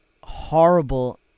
horrible